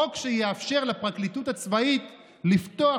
חוק שיאפשר לפרקליטות הצבאית לפתוח